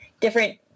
different